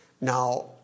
Now